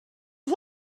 you